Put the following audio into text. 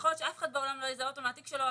יכול להיות שאף אחד בעולם לא יזהה אותו מהתיק שלו,